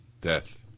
death